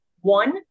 One